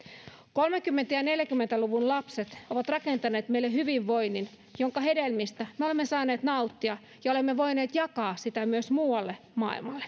kolmekymmentä ja neljäkymmentä luvun lapset ovat rakentaneet meille hyvinvoinnin jonka hedelmistä me olemme saaneet nauttia ja olemme voineet jakaa sitä myös muualle maailmalle